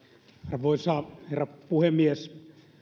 arvoisa herra puhemies